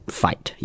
fight